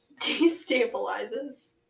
Destabilizes